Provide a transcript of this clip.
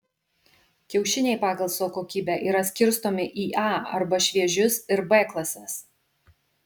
kiaušiniai pagal savo kokybę yra skirstomi į a arba šviežius ir b klases